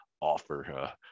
offer